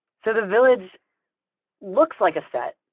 so the village looks like a set,